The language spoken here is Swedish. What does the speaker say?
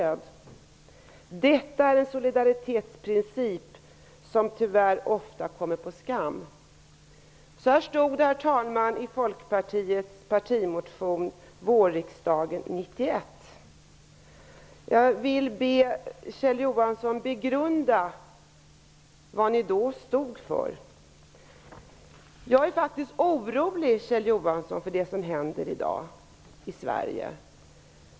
Detta är en solidaritetsprincip som tyvärr ofta kommer på skam. Så stod det, herr talman, i Folkpartiets partimotion vårriksdagen 1991. Jag vill be Kjell Johansson begrunda vad ni då stod för. Jag är faktiskt orolig för det som händer i dag i Sverige, Kjell Johansson.